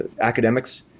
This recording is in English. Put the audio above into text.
academics